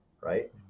right